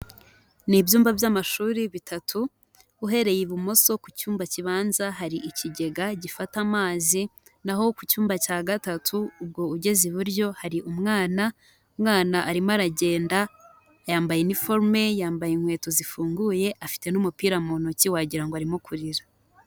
Ni ibyumba by'amashuri bitatu, uhereye ibumoso ku cyumba kibanza hari ikigega gifata amazi, naho ku cyumba cya gatatu ubwo ugeze iburyo hari umwana, umwana arimo aragenda, yambaye iniforume, yambaye inkweto zifunguye, afite n'umupira mu ntoki wagira ngo arimo kurira.